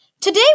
Today